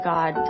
God